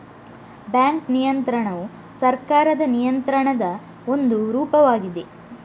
bank ನಿಯಂತ್ರಣವು ಸರ್ಕಾರದ ನಿಯಂತ್ರಣದ ಒಂದು ರೂಪವಾಗಿದೆ